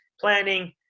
planning